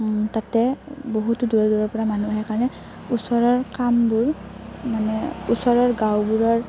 তাতে বহুতো দূৰৰ দূৰৰ পৰা মানুহ আহে কাৰণে ওচৰৰ কামবোৰ মানে ওচৰৰ গাঁওবোৰৰ